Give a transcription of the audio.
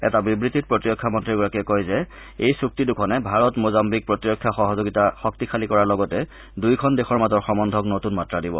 এটা বিবৃতিত প্ৰতিৰক্ষা মন্ত্ৰীগৰাকীয়ে কয় যে এই চুক্তি দুখনে ভাৰত মোজাধিক প্ৰতিৰক্ষা সহযোগিতা শক্তিশালী কৰাৰ লগতে দুয়োখন দেশৰ মাজৰ সম্বন্ধক নতুন মাত্ৰা দিব